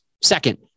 Second